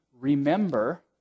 remember